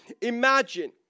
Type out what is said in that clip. imagine